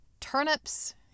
turnips